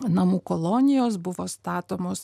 namų kolonijos buvo statomos